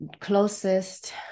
closest